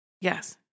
Yes